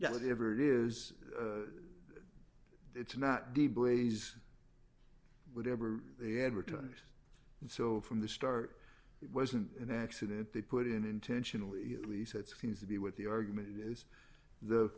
yeah whatever it is it's not de blase whatever they had written it so from the start it wasn't an accident they put in intentionally at least that seems to be what the argument is the